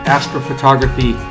Astrophotography